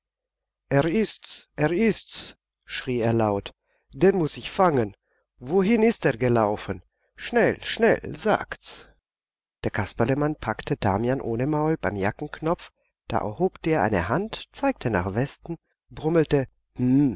er ist's er ist's schrie er laut den muß ich fangen wohin ist er gelaufen schnell schnell sagt's der kasperlemann packte damian ohne maul beim jackenknopf da erhob der die hand zeigte nach westen brummelte